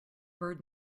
bird